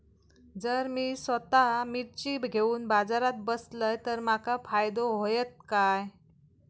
जर मी स्वतः मिर्ची घेवून बाजारात बसलय तर माका फायदो होयत काय?